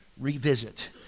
Revisit